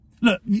look